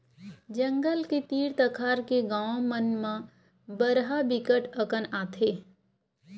जंगल के तीर तखार के गाँव मन म बरहा बिकट अकन आथे